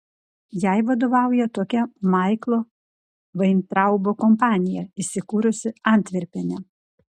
jai vadovauja tokia maiklo vaintraubo kompanija įsikūrusi antverpene